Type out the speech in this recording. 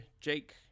jake